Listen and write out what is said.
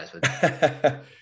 guys